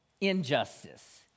injustice